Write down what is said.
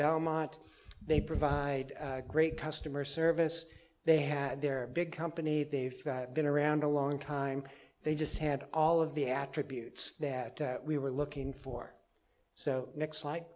belmont they provide great customer service they had their big company they've been around a long time they just had all of the attributes that we were looking for so next like